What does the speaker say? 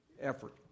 effort